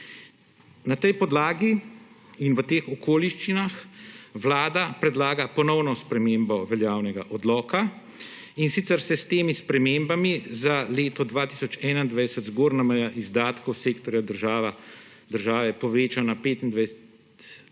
Na tej podlagi in v teh okoliščinah Vlada predlaga ponovno spremembo veljavnega odloka, in sicer se s temi spremembami za leto 2021 zgornja meja izdatkov sektorja država poveča na 25